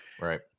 right